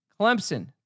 Clemson